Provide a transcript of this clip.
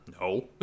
No